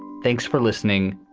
thanks for listening.